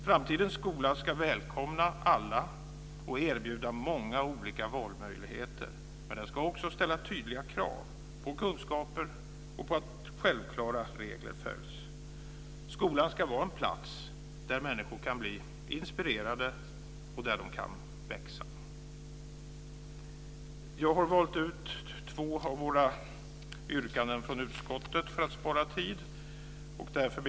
Framtidens skola ska välkomna alla och erbjuda många olika valmöjligheter, men den ska också ställa tydliga krav på kunskaper och på att självklara regler följs. Skolan ska vara en plats där människor kan bli inspirerade och där de kan växa. Jag har valt ut två av våra yrkanden från utskottet för att spara tid.